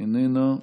איננה,